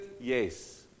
yes